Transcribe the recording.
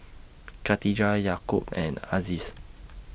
Khatijah Yaakob and Aziz